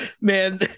Man